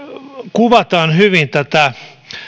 kuvataan hyvin tätä